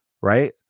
Right